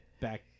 back